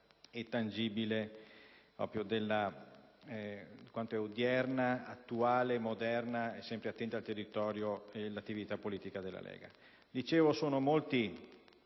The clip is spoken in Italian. e tangibile di quanto odierna, attuale, moderna e sempre attenta al territorio sia l'attività politica della Lega.